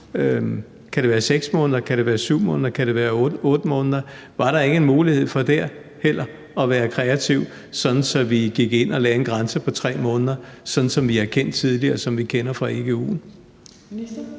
Kan det være 6 måneder? Kan det være 7 måneder? Kan det være 8 måneder? Var der heller ikke der en mulighed for at være kreative, sådan at vi gik ind og lagde en grænse på 3 måneder, som vi har kendt det tidligere, og som vi kender det fra egu'en?